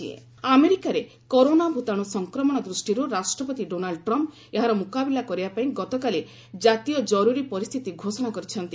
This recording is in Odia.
କରୋନା ଟ୍ରମ୍ପ୍ ଏମରଜ୍ଜେନ୍ସି ଆମେରିକାରେ କରୋନା ଭୂତାଣୁ ସଂକ୍ରମଣ ଦୃଷ୍ଟିରୁ ରାଷ୍ଟ୍ରପତି ଡୋନାଲ୍ଡ୍ ଟ୍ରମ୍ପ୍ ଏହାର ମୁକାବିଲା କରିବାପାଇଁ ଗତକାଲି ଜାତୀୟ ଜରୁରୀ ପରିସ୍ଥିତି ଘୋଷଣା କରିଛନ୍ତି